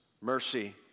mercy